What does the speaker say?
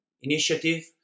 initiative